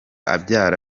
abyara